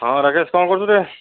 ହଁ ରାକେଶ୍ କ'ଣ କରୁଛୁରେ